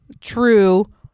true